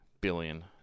billion